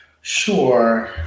sure